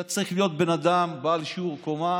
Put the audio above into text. אתה צריך להיות בן אדם בעל שיעור קומה